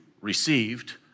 received